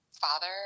father